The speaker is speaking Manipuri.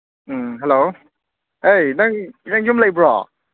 ꯎꯝ ꯍꯜꯂꯣ ꯍꯩ ꯅꯪ ꯅꯪ ꯌꯨꯝ ꯂꯩꯕ꯭ꯔꯣ